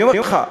אני אומר לך,